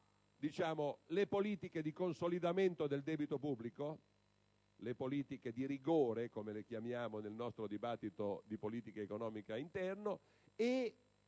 tra le politiche di consolidamento del debito pubblico, le politiche di rigore - come le chiamiamo nel nostro dibattito interno di politica economica - e